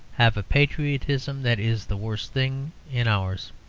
have a patriotism that is the worst thing in ours.